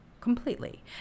completely